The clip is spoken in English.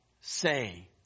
say